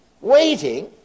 Waiting